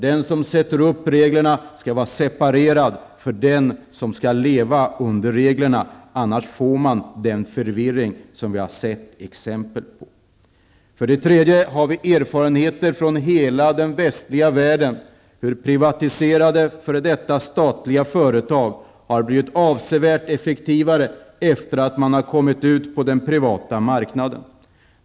Den som bestämmer reglerna skall vara separerad från den som skall leva under reglerna, annars får man den förvirring som vi har sett exempel på. För det tredje har vi från hela den västliga världen erfarenheter av hur privatiserade f.d. statliga företag har blivit avsevärt effektivare efter det att de har kommit ut på den privata marknaden.